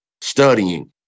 studying